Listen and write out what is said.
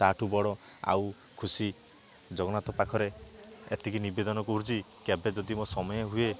ତା ଠୁ ବଡ଼ ଆଉ ଖୁସି ଜଗନ୍ନାଥଙ୍କ ପାଖରେ ଏତିକି ନିବେଦନ କରୁଛି କେବେ ଯଦି ମୋ ସମୟ ହୁଏ